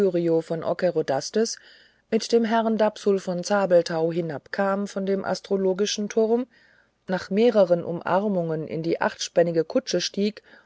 von ockerodastes mit dem herrn dapsul von zabelthau hinabkam von dem astronomischen turm nach mehreren umarmungen in die achtspännige kutsche stieg